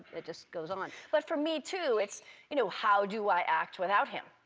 it just goes on. but for me, too, it's you know how do i act without him?